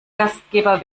gastgeber